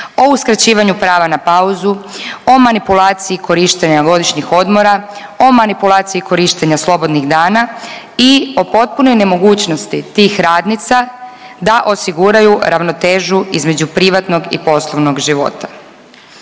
o uskraćivanju prava na pauzu, o manipulaciji korištenja godišnjih odmora, o manipulaciji korištenja slobodnih dana i o potpunoj nemogućnosti tih radnica da osiguraju ravnotežu između privatnog i poslovnog života.